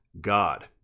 god